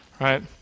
right